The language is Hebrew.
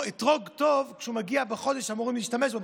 אתרוג הוא טוב כשהוא מגיע בחודש שאמורים להשתמש בו,